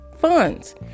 funds